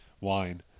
wine